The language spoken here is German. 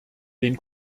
den